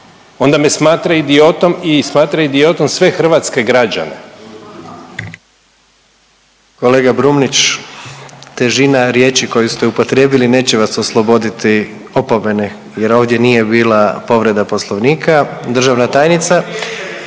onda me smatra idiotom i smatra idiotom sve hrvatske građane.